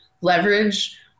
leverage